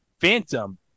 Phantom